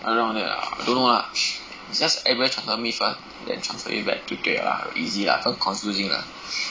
around there lah I don't know lah is just everybody transfer me first then transfer you back 就对了 lah easy lah stop confusing lah